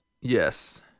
Yes